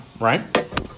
right